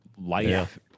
Life